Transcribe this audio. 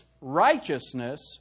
righteousness